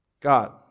God